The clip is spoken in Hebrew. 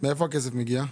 מאיפה מגיע הכסף?